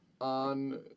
on